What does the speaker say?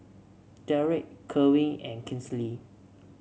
Derrek Kerwin and Kinsley